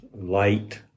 light